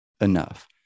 enough